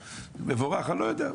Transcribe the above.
מבורך אני לא יודע,